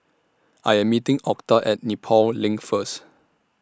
I Am meeting Octa At Nepal LINK First